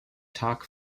tok